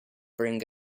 bring